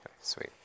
Sweet